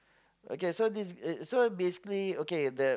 okay so this uh so basically okay the